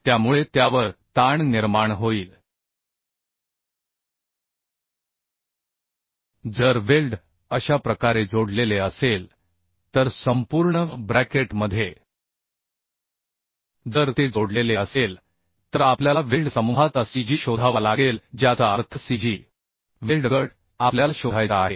त्यामुळे त्यावर ताण निर्माण होईल जर वेल्ड अशा प्रकारे जोडलेले असेल तर संपूर्ण ब्रॅकेट मध्ये जर ते जोडलेले असेल तर आपल्याला वेल्ड समूहाचा cg शोधावा लागेल ज्याचा अर्थ cg वेल्ड गट आपल्याला शोधायचा आहे